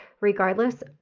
regardless